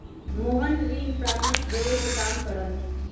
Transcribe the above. मोहन ऋण परामर्श देवे के काम करा हई